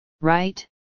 Right